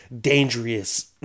Dangerous